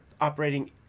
operating